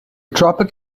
tropic